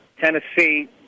Tennessee